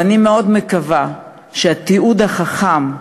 ואני מאוד מקווה שבגלל התיעוד החכם,